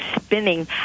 spinning